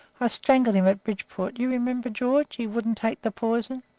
i strangled him at bridgeport. you remember, george, he wouldn't take the poison.